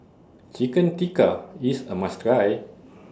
Chicken Tikka IS A must Try